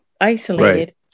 isolated